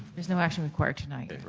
there's no action required tonight.